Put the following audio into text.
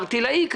ערטילאי,